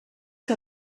que